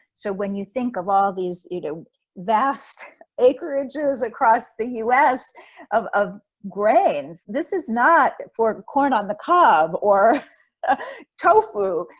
so when you think of all these, you know vast vast acreages across the us of of grains, this is not for corn on the cob or tofu,